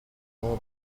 more